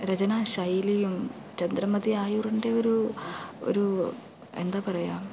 രചനാ ശൈലിയും ചന്ദ്രമതി ആയൂരിൻ്റെ ഒരു ഒരു എന്താ പറയുക